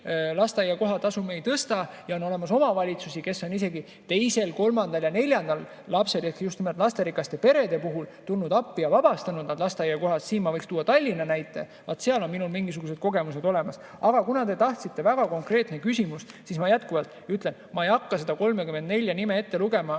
lasteaia kohatasu me ei tõsta. Ja on olemas omavalitsusi, kes on teise, kolmanda ja neljanda lapse puhul, just lasterikaste perede puhul tulnud appi ja vabastanud nad lasteaia koha[tasust]. Siin ma võiks tuua Tallinna näite, vaat seal on minul mingisugused kogemused olemas. Aga kuna teil oli väga konkreetne küsimus, siis ma jätkuvalt ütlen, et ma ei hakka ette lugema